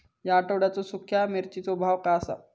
या आठवड्याचो सुख्या मिर्चीचो भाव काय आसा?